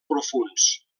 profunds